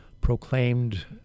proclaimed